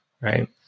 right